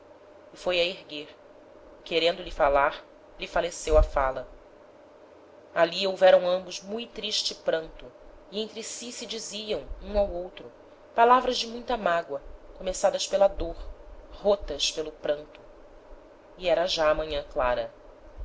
foi a a erguer e querendo lhe falar lhe faleceu a fala ali houveram ambos mui triste pranto e entre si se diziam um ao outro palavras de muita mágoa começadas pela dôr rotas pelo pranto e era já manhan clara